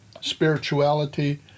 spirituality